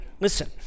Listen